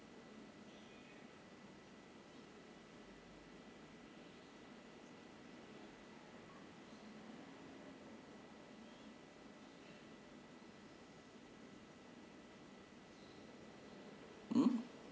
mm